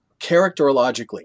characterologically